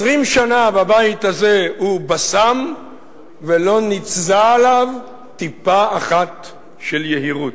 20 שנה בבית הזה הוא בסם ולא ניתזה עליו טיפה אחת של יהירות.